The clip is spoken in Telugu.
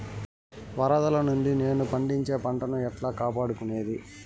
వరదలు నుండి నేను పండించే పంట ను ఎట్లా కాపాడుకునేది?